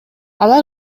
алар